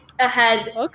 ahead